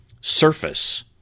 surface